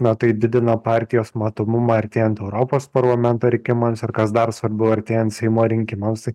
na tai didina partijos matomumą artėjant europos parlamento rinkimams ir kas dar svarbu artėjant seimo rinkimams